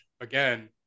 again